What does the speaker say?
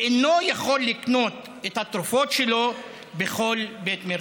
ואי-אפשר לקנות את התרופות בכל בית מרקחת.